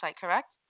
correct